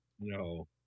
No